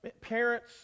parents